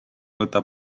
võta